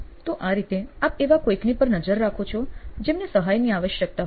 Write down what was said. તો આ રીતે આપ એવા કોઈકની પર નજર રાખો છો જેમને સહાયની આવશ્યકતા હોય